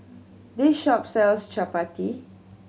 this shop sells Chapati